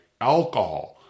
alcohol